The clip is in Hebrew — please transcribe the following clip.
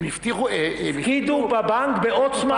הם הפקידו בבנק ב'עוצמה'